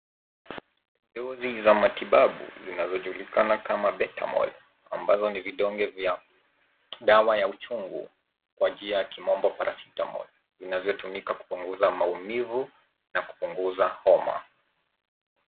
Joei za matibabu zinazo julikana kama [cs ] betamol[cs ] ambazo ni vidonge vya dawa ya uchungu kwa njia ya kimombo [cs ] paracetamol [cs ] vinavyo tumika kupunguza maumivu na kupunguza homa.